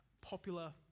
popular